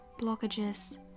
blockages